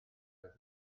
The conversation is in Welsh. oedd